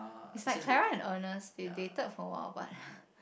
is like Clara and Ernest they dated for a while but